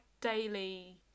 daily